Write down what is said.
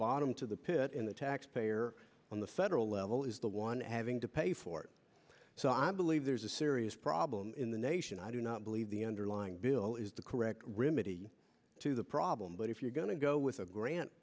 bottom to the pit in the taxpayer on the federal level is the one having to pay for it so i believe there's a serious problem the nation i do not believe the underlying bill is the correct rim of the to the problem but if you're going to go with a grant